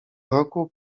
roku